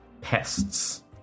pests